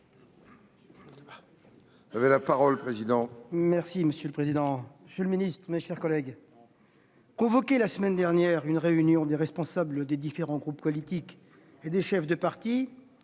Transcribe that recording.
est à M. François Patriat. Monsieur le président, monsieur le ministre, mes chers collègues, convoquer, la semaine dernière, une réunion des responsables des différents groupes politiques et des chefs de parti